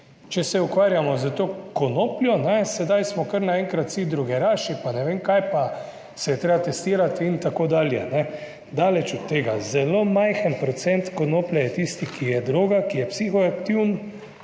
če se ukvarjamo s to konopljo, sedaj smo kar naenkrat vsi drogeraši pa ne vem kaj pa se je treba testirati in tako dalje, ne. Daleč od tega, zelo majhen procent konoplje je tisti, ki je droga, ki je psihoaktiven,